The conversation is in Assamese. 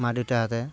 মা দেউতাহঁতে